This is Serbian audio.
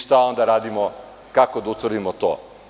Šta onda radimo i kao da utvrdimo to.